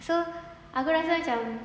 so aku rasa macam